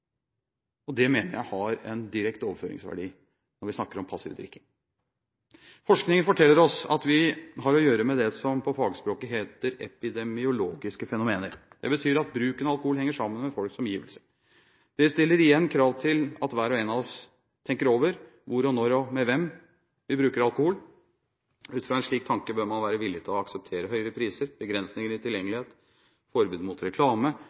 Det mener jeg har en direkte overføringsverdi når vi snakker om passiv drikking. Forskningen forteller oss at vi har å gjøre med det som på fagspråket heter epidemiologiske fenomener. Det betyr at bruken av alkohol henger sammen med folks omgivelser. Dette stiller igjen krav til at hver og en av oss tenker over hvor og når og med hvem vi bruker alkohol. Ut fra en slik tanke bør man være villig til å akseptere høyere priser, begrensninger i tilgjengelighet og forbud mot reklame,